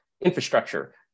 infrastructure